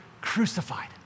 crucified